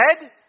dead